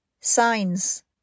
Signs